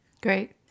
Great